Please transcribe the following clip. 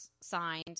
signed